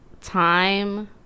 time